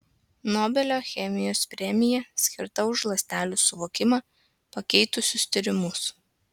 nobelio chemijos premija skirta už ląstelių suvokimą pakeitusius tyrimus